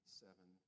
seven